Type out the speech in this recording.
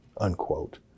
unquote